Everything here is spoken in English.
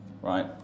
Right